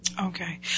Okay